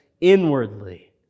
inwardly